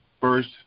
first